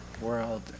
world